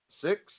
Six